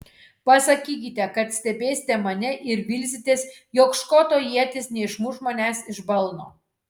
pasakykite kad stebėsite mane ir vilsitės jog škoto ietis neišmuš manęs iš balno